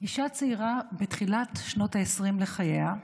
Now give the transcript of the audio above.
אישה צעירה בתחילת שנות העשרים לחייה,